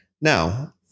Now